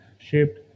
shaped